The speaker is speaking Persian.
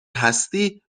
هستی